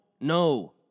no